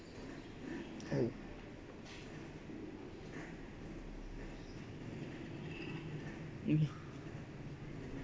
oh mm